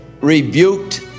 rebuked